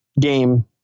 game